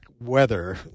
weather